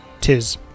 Tis